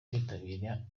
kwitabira